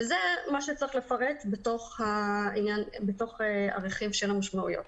וזה מה שצריך לפרט בתוך הרכיב של המשמעויות.